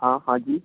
हाँ हाँ जी